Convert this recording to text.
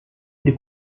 ele